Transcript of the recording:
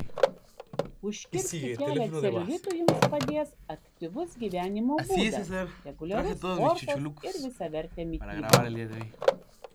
užkirsti kelią celiulitui jums padės aktyvus gyvenimo būdas reguliarus sportas ir visavertė mityba